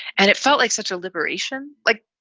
and it felt like such a liberation. like,